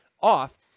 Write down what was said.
off